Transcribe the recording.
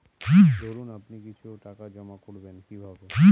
ধরুন আপনি কিছু টাকা জমা করবেন কিভাবে?